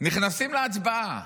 נכנסים להצבעה.